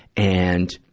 and,